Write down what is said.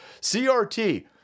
CRT